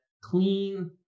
clean